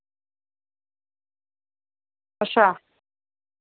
अच्छा